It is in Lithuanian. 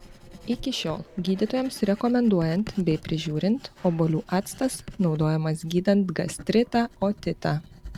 iki šiol gydytojams rekomenduojant bei prižiūrint obuolių actas naudojamas gydant gastritą otitą